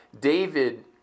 David